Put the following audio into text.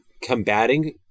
combating